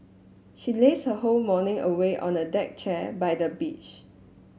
she laze her whole morning away on a deck chair by the beach